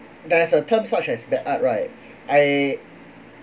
there is a term such as the art right I